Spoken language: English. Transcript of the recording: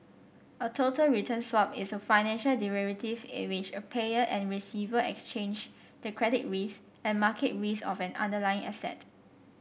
a total return swap is a financial derivative in which a payer and receiver exchange the credit risk and market risk of an underlying asset